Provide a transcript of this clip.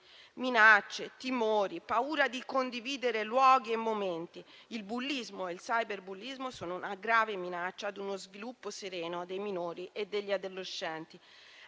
minacce, timori, paura di condividere luoghi e momenti. Il bullismo e il cyberbullismo sono una grave minaccia ad uno sviluppo sereno dei minori e degli adolescenti.